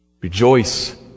Rejoice